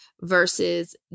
versus